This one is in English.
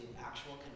actual